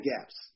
gaps